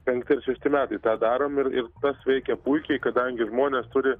penkti ar šešti metai tą darom ir ir tas veikia puikiai kadangi žmonės turi